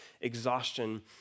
exhaustion